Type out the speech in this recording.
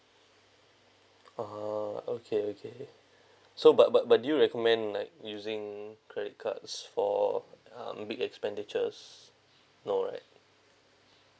ah okay okay so but but but do you recommend like using credit cards for uh big expenditures no right